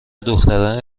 دختران